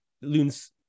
Loon's